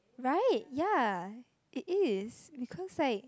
right ya it is because I